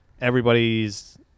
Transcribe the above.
everybody's